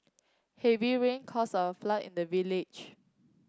heavy rain cause a flood in the village